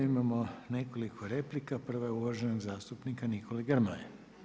Imamo nekoliko replika, prva je uvaženog zastupnika Nikole Grmoje.